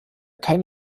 keine